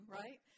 right